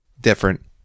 different